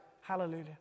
Hallelujah